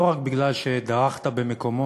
לא רק מפני שדרכת במקומות